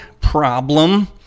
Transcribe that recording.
problem